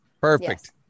perfect